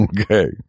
Okay